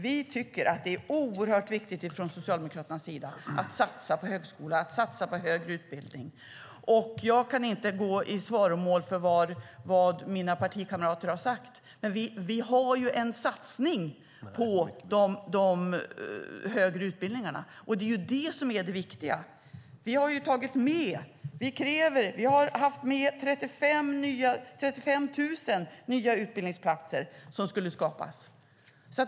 Vi tycker från Socialdemokraternas sida att det är oerhört viktigt att satsa på högskola och högre utbildning. Jag kan inte gå i svaromål för vad mina partikamrater har sagt, men vi har en satsning på de högre utbildningarna. Det är det som är det viktiga. Vi har haft med krav på 35 000 nya utbildningsplatser som skulle skapas.